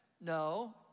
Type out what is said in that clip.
no